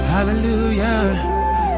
Hallelujah